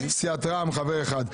סיעת רע"ם חבר אחד.